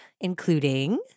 including